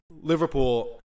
Liverpool